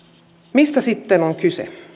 mistä sitten on kyse